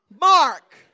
Mark